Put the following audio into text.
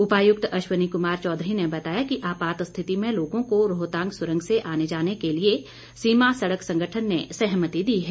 उपायुक्त अश्वनी कुमार चौधरी ने बताया कि आपात स्थिति में लोगों को रोहतांग सुरंग से आने जाने के लिए सीमा सड़क संगठन ने सहमति दी है